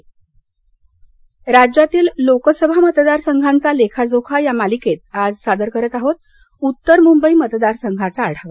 intro राज्यातील लोकसभा मतदारसंघांचा लेखाजोखा या मालिकेत आज सादर करत आहोतउत्तर मुंबई मतदारसंघाचा आढावा